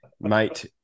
mate